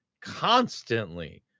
constantly